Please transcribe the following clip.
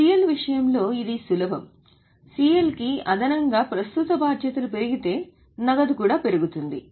CL విషయంలో ఇది సులభం CL కి అదనంగా ప్రస్తుత బాధ్యతలు పెరిగితే నగదు కూడా పెరుగుతుంది